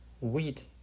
wheat